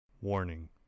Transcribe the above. Warning